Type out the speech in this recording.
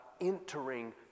entering